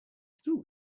still